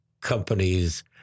companies